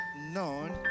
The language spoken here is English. known